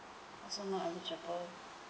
also not eligible